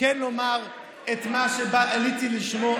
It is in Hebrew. אביגדור ליברמן,